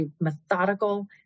methodical